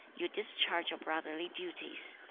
you discharge your brotherly duties.